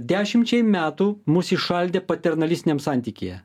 dešimčiai metų mus įšaldė paternalistiniam santykyje